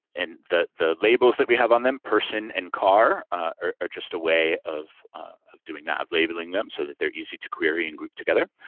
and the labels that we have on them, person and car are just a way of of doing that, of labeling them so that they're easy to query and group together,